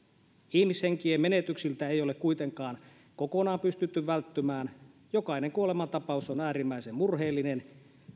ihmishenkien menetyksiltä ei ole kuitenkaan kokonaan pystytty välttymään jokainen kuolemantapaus on äärimmäisen murheellinen